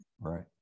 Right